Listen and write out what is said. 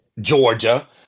Georgia